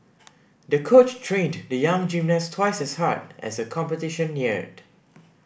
the coach trained the young gymnast twice as hard as the competition neared